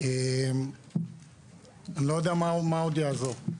אני לא יודע מה עוד יעזור.